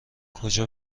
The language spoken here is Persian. کجا